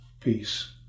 peace